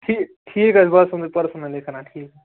ٹھیٖک ٹھیٖک حظ بہٕ حظ آسہٕ پٔرسٕنٕلی کَران ٹھیٖک